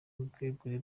ubwegure